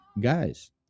Guys